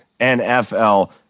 NFL